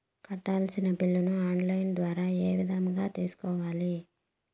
కట్టాల్సిన బిల్లులు online ద్వారా ఏ విధంగా తెలుసుకోవాలి?